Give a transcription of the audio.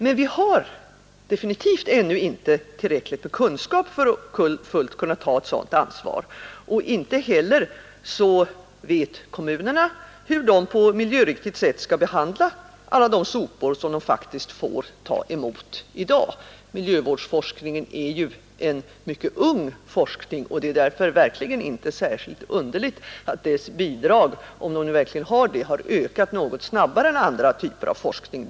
Men vi har definitivt ännu inte tillräckligt med kunskap för att fullt kunna ta ett sådant ansvar; inte heller vet kommunerna hur de på ett miljöriktigt sätt skall behandla alla de sopor som de faktiskt får ta emot i dag. Miljövårdsforskningen är en mycket ung forskningsgren, och det är därför verkligen inte särskilt underligt att dess bidrag — om det nu verkligen förhåller sig så — har ökat något snabbare än beträffande andra typer av forskning.